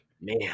Man